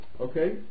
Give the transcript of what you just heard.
Okay